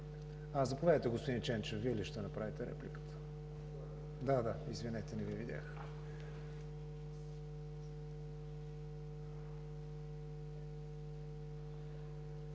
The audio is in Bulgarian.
Заповядайте, господин Ченчев, Вие ли ще направите репликата? (Реплики.) Извинете, не Ви видях.